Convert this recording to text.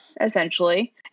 essentially